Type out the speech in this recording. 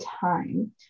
time